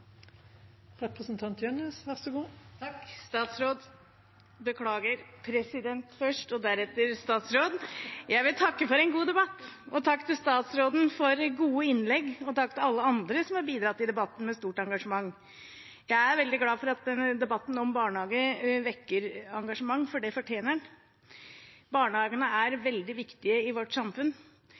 når vi har så strenge kvalitetskrav. Jeg skulle ønske at det var det alle partiene i denne salen fokuserte på. Jeg vil takke for en god debatt. Takk til statsråden for gode innlegg, og takk til alle andre som har bidratt i debatten med stort engasjement. Jeg er veldig glad for at denne debatten om barnehager vekker engasjement, for det fortjener den. Barnehagene er veldig viktige i vårt samfunn.